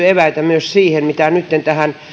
eväitä myös siihen mitä nytten tähän